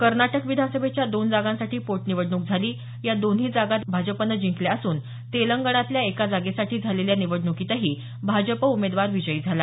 कर्नाटक विधानसभेच्या दोन जागांसाठी पोटनिवडणूक झाली या दोन्ही जागात भाजपनं जिंकल्या असून तेलंगणातल्या एका जागेसाठी झालेल्या निवडणुकीतही भाजप उमेदवार विजयी झाला